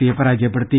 സിയെ പരാജയപ്പെടുത്തി